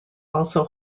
also